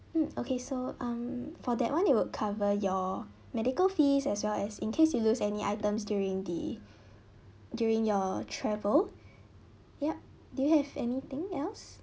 mm okay so um for that one it would cover your medical fees as well as in case you lose any items during the during your travel yup do you have anything else